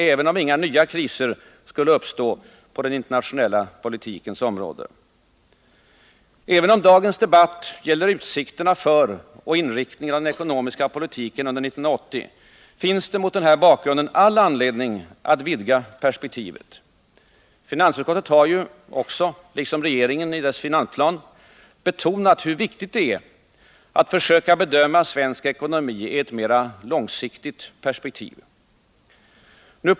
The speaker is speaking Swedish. Även om inga nya kriser skulle uppstå på den internationella politikens område. Om än dagens debatt gäller utsikterna för och inriktningen av den ekonomiska politiken under 1980, finns det mot den här bakgrunden all anledning att vidga perspektivet. Finansutskottet har ju, liksom regeringen i sin finansplan, betonat hur viktigt det är att söka bedöma svensk ekonomi i ett mer långsiktigt perspektiv.